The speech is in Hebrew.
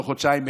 לא חודשיים,